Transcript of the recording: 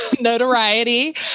notoriety